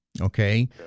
Okay